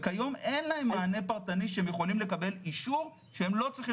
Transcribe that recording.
כיום אין להם מענה פרטני הם יכולים לקבל אישור שהם לא צריכים